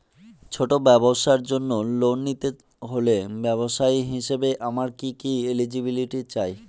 ছোট ব্যবসার জন্য লোন নিতে হলে ব্যবসায়ী হিসেবে আমার কি কি এলিজিবিলিটি চাই?